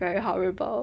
very horrible